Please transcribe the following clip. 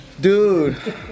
Dude